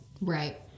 Right